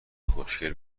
خوشگل